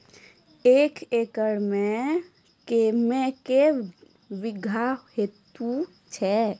एक एकरऽ मे के बीघा हेतु छै?